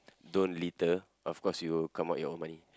don't litter of course you will come out your own money